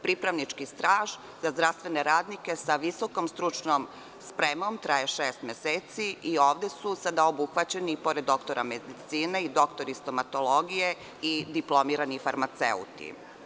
Pripravnički staž za zdravstvene radnike sa visokom stručnom spremom traje šest meseci i ovde su sada obuhvaćeni, pored doktora medicine, i doktori stomatologije i diplomirani farmaceuti.